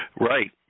Right